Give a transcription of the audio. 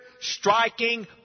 striking